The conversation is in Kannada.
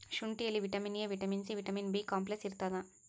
ಶುಂಠಿಯಲ್ಲಿ vitamin A vitamin C vitamin B complex ಇರ್ತಾದ